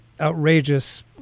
outrageous